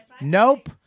Nope